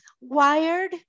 wired